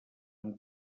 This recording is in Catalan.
amb